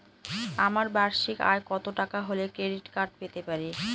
আমার বার্ষিক আয় কত টাকা হলে ক্রেডিট কার্ড পেতে পারি?